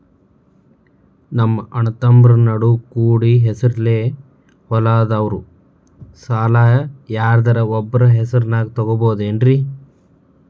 ನಮ್ಮಅಣ್ಣತಮ್ಮಂದ್ರ ನಡು ಕೂಡಿ ಹೆಸರಲೆ ಹೊಲಾ ಅದಾವು, ಸಾಲ ಯಾರ್ದರ ಒಬ್ಬರ ಹೆಸರದಾಗ ತಗೋಬೋದೇನ್ರಿ?